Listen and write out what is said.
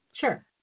Sure